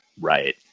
right